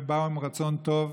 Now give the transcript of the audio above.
הם באו עם רצון טוב,